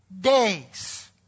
days